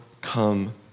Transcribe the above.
come